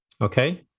Okay